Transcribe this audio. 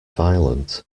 violent